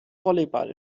volleyball